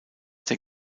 der